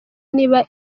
niba